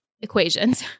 equations